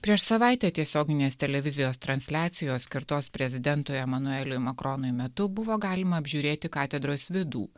prieš savaitę tiesioginės televizijos transliacijos skirtos prezidentui emanueliui makronui metu buvo galima apžiūrėti katedros vidų